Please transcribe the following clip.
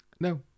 No